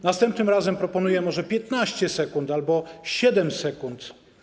Następnym razem proponuję może 15 sekund albo 7 sekund.